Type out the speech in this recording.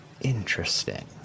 Interesting